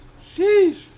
Jeez